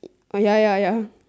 oh ya ya ya